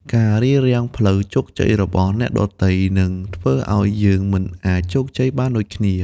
ការរារាំងផ្លូវជោគជ័យរបស់អ្នកដទៃ នឹងធ្វើឱ្យយើងមិនអាចជោគជ័យបានដូចគ្នា។